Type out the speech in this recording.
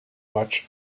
match